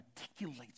articulates